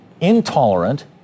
intolerant